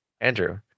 Andrew